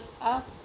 up